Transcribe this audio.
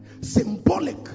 symbolic